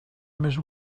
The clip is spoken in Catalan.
més